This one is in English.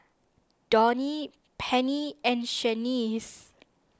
Donie Pennie and Shaniece